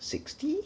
sixty